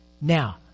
Now